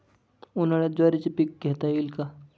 उन्हाळ्यात ज्वारीचे पीक घेता येईल का?